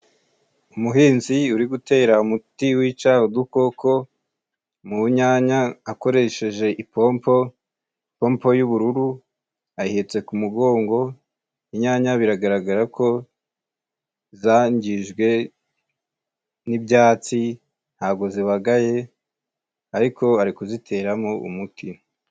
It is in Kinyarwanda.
Umuhinzi uri gutera umuti wica udukoko mu nyanya akoresheje ipompo, pompo y'ubururu ayihetse ku mugongo, inyanya biragaragara ko zangijwe n'ibyatsi ntago zibagaye ariko ari kuziteramo umuti.